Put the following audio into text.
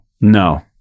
No